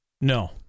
No